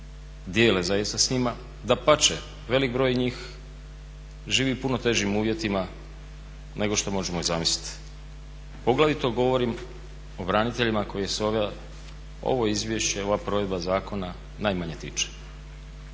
dijele zaista sa njima, dapače, veliki broj njih živi u puno težim uvjetima nego što možemo i zamisliti, poglavito govorim o braniteljima kojih se ovo izvješće, ova provedba zakona najmanje tiče,